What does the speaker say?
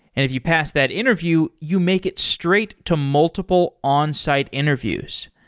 if you pass that interview, you make it straight to multiple onsite interviews.